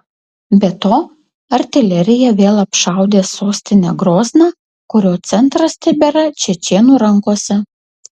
be to artilerija vėl apšaudė sostinę grozną kurio centras tebėra čečėnų rankose